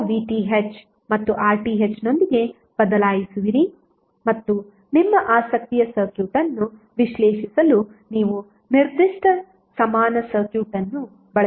ನೀವು VTh ಮತ್ತು RThನೊಂದಿಗೆ ಬದಲಾಯಿಸುವಿರಿ ಮತ್ತು ನಿಮ್ಮ ಆಸಕ್ತಿಯ ಸರ್ಕ್ಯೂಟ್ ಅನ್ನು ವಿಶ್ಲೇಷಿಸಲು ನೀವು ನಿರ್ದಿಷ್ಟ ಸಮಾನ ಸರ್ಕ್ಯೂಟ್ ಅನ್ನು ಬಳಸುತ್ತೀರಿ